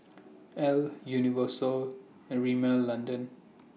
Elle Universal and Rimmel London